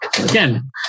again